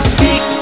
Speak